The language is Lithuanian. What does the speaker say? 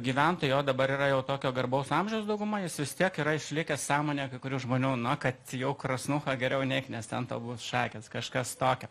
gyventojai jo dabar yra jau tokio garbaus amžiaus dauguma jis vis tiek yra išlikęs sąmonėje kai kurių žmonių na kad jau krasnūchą geriau neik nes ten tau bus šakės kažkas tokio